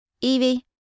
Evie